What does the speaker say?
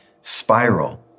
spiral